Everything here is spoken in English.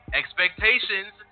expectations